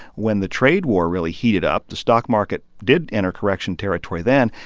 when the trade war really heated up. the stock market did enter correction territory then,